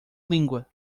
língua